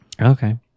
Okay